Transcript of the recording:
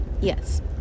Yes